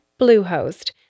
Bluehost